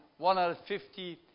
150